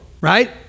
right